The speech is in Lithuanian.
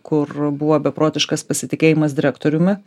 kur buvo beprotiškas pasitikėjimas direktoriumi